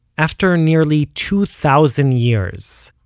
after nearly two thousand years,